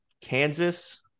Kansas